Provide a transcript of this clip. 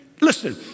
listen